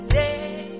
day